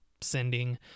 sending